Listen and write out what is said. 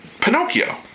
Pinocchio